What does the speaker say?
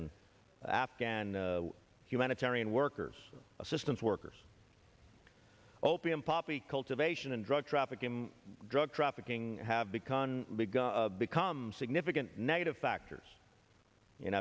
and afghan humanitarian workers assistance workers opium poppy cultivation and drug trafficking drug trafficking have become big become significant negative factors in